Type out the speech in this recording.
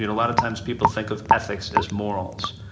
a lot of times people think of ethics as morals.